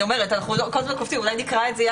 אולי נקרא את זה.